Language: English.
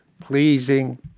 pleasing